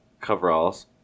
coveralls